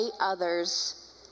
others